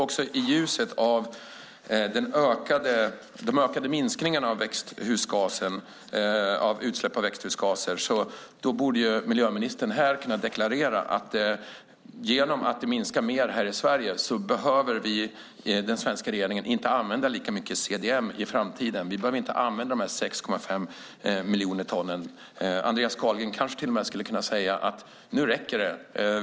I ljuset av den ökade minskningen av utsläpp av växthusgaser borde miljöministern här kunna deklarera att genom att minska mer här i Sverige behöver den svenska regeringen inte använda lika mycket CDM i framtiden och inte använda dessa 6,5 miljoner ton. Andreas Carlgren kanske till och med skulle kunna säga: Nu räcker det.